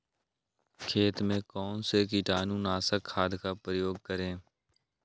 खेत में कौन से कीटाणु नाशक खाद का प्रयोग करें?